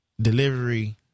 delivery